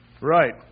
Right